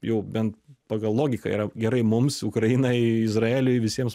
jau bent pagal logiką yra gerai mums ukrainai izraeliui visiems